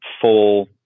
full